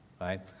right